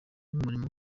y’umuriro